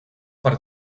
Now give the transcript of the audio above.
per